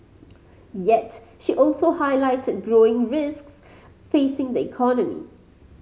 yet she also highlighted growing risks facing the economy